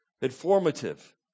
informative